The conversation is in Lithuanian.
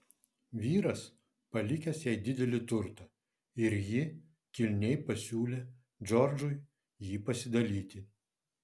vyras palikęs jai didelį turtą ir ji kilniai pasiūlė džordžui jį pasidalyti